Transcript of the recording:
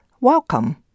welcome